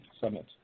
summit